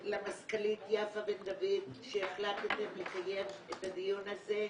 למזכ"לית יפה בן דוד, שהחלטתם לקיים את הדיון הזה,